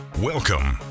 Welcome